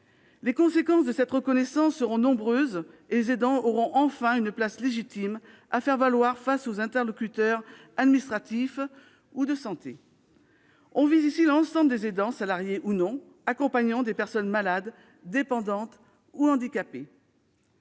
Les conséquences de cette reconnaissance seront nombreuses, et les aidants auront enfin une place légitime à faire valoir face aux interlocuteurs administratifs ou de santé. On vise ici l'ensemble des aidants, salariés ou non, accompagnant des personnes malades, dépendantes ou handicapées.